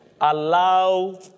Allow